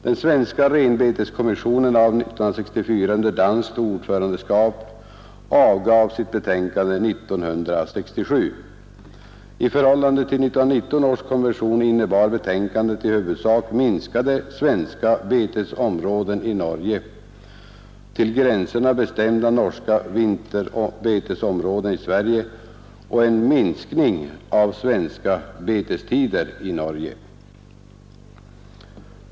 Den svensk-norska renbeteskommissionen av 1964 under danskt ordförandeskap avgav sitt betänkande 1967. I förhållande till 1919 års konvention innebar betänkandet i huvudsak minskade svenska betesområden i Norge, till gränserna bestämda norska vinterbetesområden i Sverige och en minskning av svenska betestider i Norge.